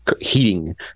heating